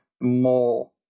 more